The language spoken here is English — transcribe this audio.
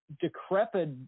decrepit